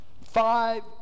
five